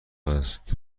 است